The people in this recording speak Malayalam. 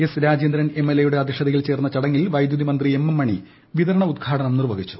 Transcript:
S Rajendran M L A യുടെ അധ്യക്ഷതയിൽ ചേർന്ന ചടങ്ങിൽവൈദുതി മന്ത്രി ക്ലാം എം മണി വിതരണോദ്ഘാടനം നിർവ്വഹിച്ചു